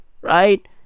right